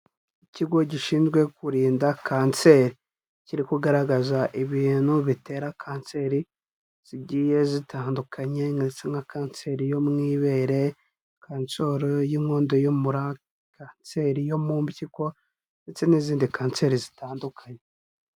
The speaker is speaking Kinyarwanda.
Ikigo gishinzwe kurinda kanseri, kiri kugaragaza ibintu bitera kanseri zigiye zitandukanye, nka Kanseri yo mu Ibere, Kanseri y'Inkondo y'Umura, Kanseri yo mu Mpyiko ndetse n'izindi kanseri zitandukanye.